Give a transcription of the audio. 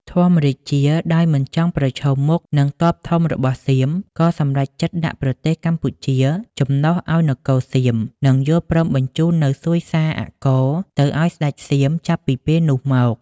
ធម្មរាជាដោយមិនចង់ប្រឈមមុខនិងទ័ពធំរបស់សៀម ក៏សម្រេចចិត្តដាក់ប្រទេសកម្ពុជាចំណុះឱ្យនគរសៀម និងយល់ព្រមបញ្ចូននូវសួយសារអាករទៅឱ្យស្ដេចសៀមចាប់ពីពេលនោះមក ។